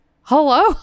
Hello